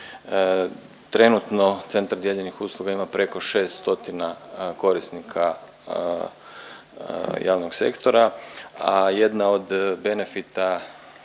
Trenutno Centar dijeljenih usluga ima preko 6 stotina korisnika javnog sektora, a jedna od benefita